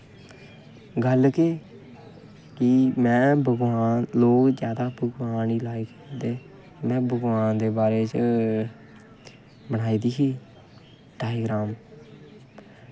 ते गल्ल केह् लोग भगवान गी जैदा लाइक करदे में भगवान दे बारे च बनाई दी ही डायग्राम